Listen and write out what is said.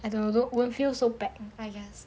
I don't know won't feel so bad I guess